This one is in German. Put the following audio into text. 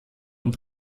und